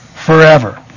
forever